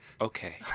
Okay